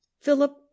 philip